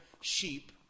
sheep